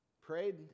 prayed